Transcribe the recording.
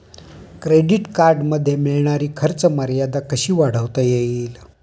Credit कार्डमध्ये मिळणारी खर्च मर्यादा कशी वाढवता येईल?